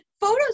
photos